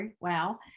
Wow